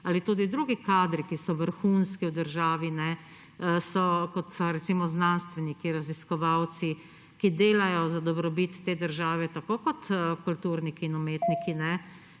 ali tudi drugi kadri, ki so vrhunski v državi, kot so, recimo, znanstveniki, raziskovalci, ki delajo za dobrobit te države, tako kot kulturniki in umetniki,